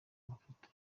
mafoto